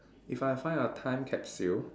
if I find a time capsule